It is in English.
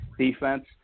defense